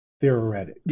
theoretic